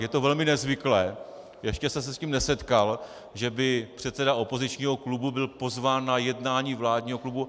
Je to velmi nezvyklé, ještě jsem se s tím nesetkal, že by předseda opozičního klubu byl pozván na jednání vládního klubu.